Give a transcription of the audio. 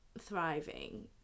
thriving